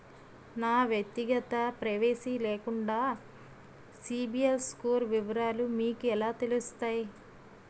నా వ్యక్తిగత ప్రైవసీ లేకుండా సిబిల్ స్కోర్ వివరాలు మీకు ఎలా తెలుస్తాయి?